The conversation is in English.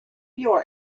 your